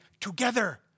together